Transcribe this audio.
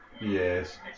Yes